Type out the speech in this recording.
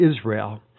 Israel